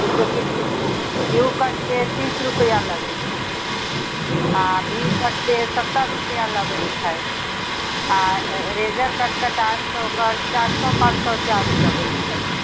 जैसेकि कि through कटके तीस रुपैआ लगैत छै आ भी कटके सत्तरि रुपैआ लगैत छै आ लेजर कटके चार्ज तऽ ओकर तऽ चारि सए पाँच सए चार्ज लगैत छै